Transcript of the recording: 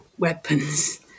Weapons